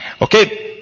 Okay